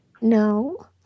No